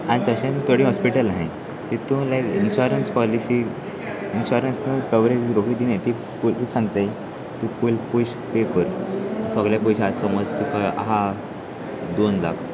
आनी तशेंच थोडीं हॉस्पिटल आसाय तितू लायक इन्शरंस पॉलिसी इन्शरन्स कवरेज रोकडी दिनाय ती पयली सांगताय तूं पयले पयशे पे कर सगले पयशे आसा समज ते आसा दोन लाख